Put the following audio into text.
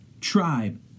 tribe